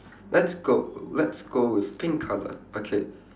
let's go let's go with pink colour okay